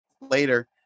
later